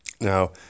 Now